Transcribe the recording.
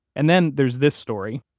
and then there's this story,